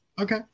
okay